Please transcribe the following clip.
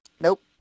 Nope